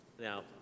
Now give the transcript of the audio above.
Now